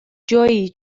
جویی